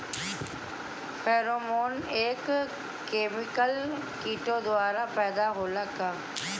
Pheromone एक chemical किटो द्वारा पैदा होला का?